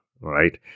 right